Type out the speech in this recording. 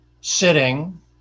sitting